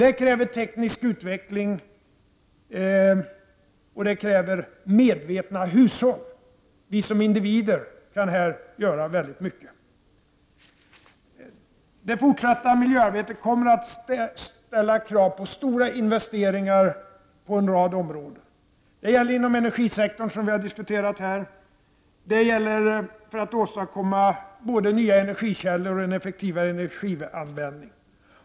Det kräver teknisk utveckling och medvetna hushåll. Vi som individer kan här göra mycket. Det fortsatta miljöarbetet kommer att ställa krav på stora investeringar på en rad områden. Det gäller inom energisektorn, som vi har diskuterat här — för att åstadkomma både nya energikällor och en effektivare energianvändning.